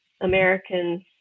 Americans